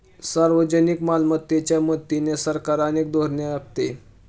सार्वजनिक मालमत्तेच्या मदतीने सरकार अनेक धोरणे आखते